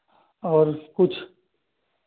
और कुछ